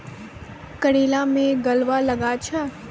करेला मैं गलवा लागे छ?